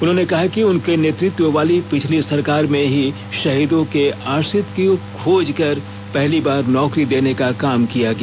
उन्होंने कहा कि उनके नेतृत्व वाली पिछली सरकार में ही शहीदों के आश्रित को खोज कर पहली बार नौकरी देने का काम किया गया